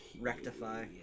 rectify